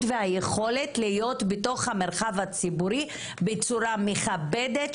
והיכולת להיות בתוך המרחב הציבורי בצורה מכבדת,